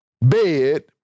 bed